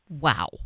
Wow